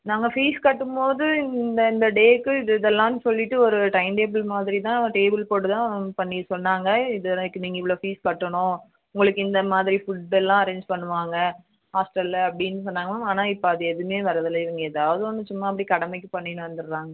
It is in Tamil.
நாங்கள் ஃபீஸ் கட்டும் போது இந்த இந்த டேக்கு இது இதெல்லாம் சொல்லிவிட்டு ஒரு டைம்டேபிள் மாதிரி தான் டேபிள் போட்டு தான் பண்ணி சொன்னாங்க இது இன்னைக்கு நீங்கள் இவ்வளோ ஃபீஸ் கட்டணும் உங்களுக்கு இந்த மாதிரி ஃபுட்டெல்லாம் அரேஞ்ச் பண்ணுவாங்க ஹாஸ்டலில் அப்படின் சொன்னாங்க மேம் ஆனால் இப்போ அது எதுவுமே வர்ரதில்லை இவங்க எதாவது ஒன்று சும்மா அப்படி கடமைக்கு பண்ணின்னு வந்துட்றாங்க